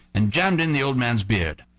and jammed in the old man's beard.